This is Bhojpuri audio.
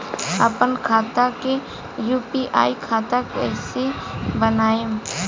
आपन खाता के यू.पी.आई खाता कईसे बनाएम?